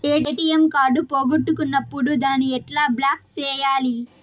ATM card పోగొట్టుకున్నప్పుడు దాన్ని ఎట్లా బ్లాక్ సేయాలి